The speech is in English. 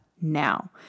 now